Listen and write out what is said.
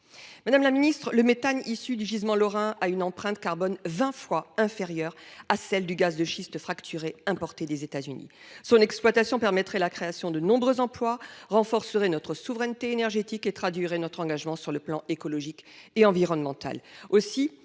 Madame la ministre, le méthane issu du gisement lorrain a une empreinte carbone vingt fois inférieure à celle du gaz de schiste fracturé importé des États Unis. Son exploitation permettrait la création de nombreux emplois, renforcerait notre souveraineté énergétique et traduirait notre engagement sur le plan écologique et environnemental.